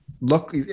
Look